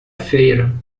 feira